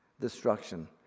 destruction